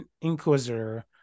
inquisitor